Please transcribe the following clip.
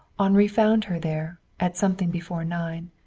henri found her there, at something before nine,